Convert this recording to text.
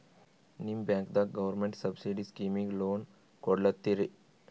ನಿಮ ಬ್ಯಾಂಕದಾಗ government subsidy ಸ್ಕೀಮಿಗಿ ಲೊನ ಕೊಡ್ಲತ್ತೀರಿ?